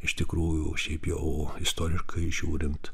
iš tikrųjų šiaip jau istorikai žiūrint